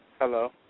Hello